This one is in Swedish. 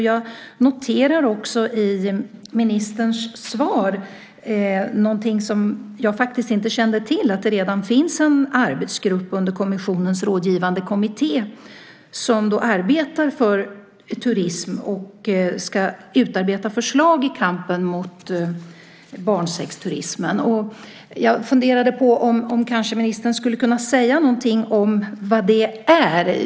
Jag noterar också i ministerns svar någonting som jag faktiskt inte kände till, att det redan finns en arbetsgrupp under kommissionens rådgivande kommitté som arbetar med turism och som ska utarbeta förslag i kampen mot barnsexturismen. Jag funderade på om kanske ministern skulle kunna säga någonting om vad det är.